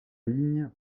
ligne